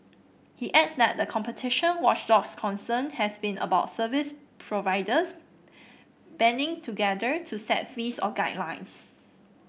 he adds that the competition watchdog's concern has been about service providers banding together to set fees or guidelines